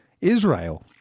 Israel